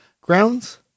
grounds